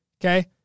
Okay